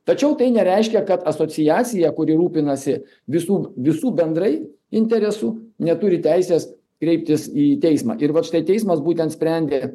tačiau tai nereiškia kad asociacija kuri rūpinasi visų visų bendrai interesų neturi teisės kreiptis į teismą ir vat štai teismas būtent sprendė